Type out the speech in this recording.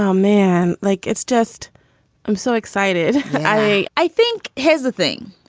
um man like, it's just i'm so excited i i think here's the thing.